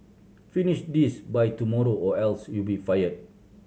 finish this by tomorrow or else you'll be fired